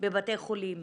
בבתי חולים,